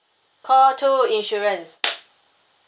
call two insurance